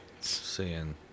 seeing